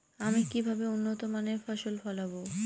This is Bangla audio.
আমি কিভাবে উন্নত মানের ফসল ফলাবো?